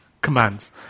commands